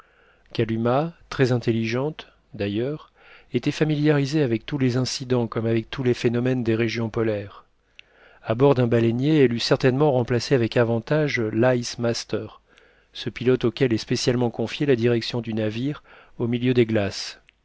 kalumah très intelligente d'ailleurs était familiarisée avec tous les incidents comme avec tous les phénomènes des régions polaires à bord d'un baleinier elle eût certainement remplacé avec avantage l'icemaster ce pilote auquel est spécialement confiée la direction du navire au milieu des glaces